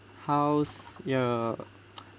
how's your